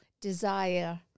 desire